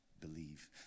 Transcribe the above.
believe